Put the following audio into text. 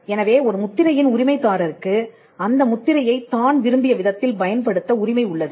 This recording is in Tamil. எனவே ஒரு முத்திரையின் உரிமைதாரருக்கு அந்த முத்திரையைத் தான் விரும்பிய விதத்தில் பயன்படுத்த உரிமை உள்ளது